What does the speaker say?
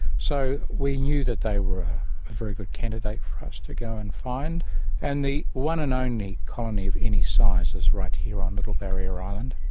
so we knew that they were a very good candidate for us to go out and find and the one and only colony of any size is right here on little barrier island.